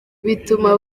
bituma